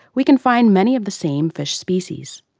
we can find many of the same fish species.